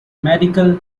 medical